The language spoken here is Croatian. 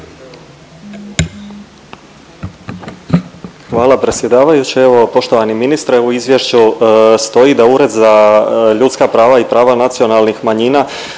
Hvala predsjedavajući. Evo poštovani ministre, u izvješću stoji da Ured za ljudska prava i prava nacionalnih manjina